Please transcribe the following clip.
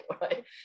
right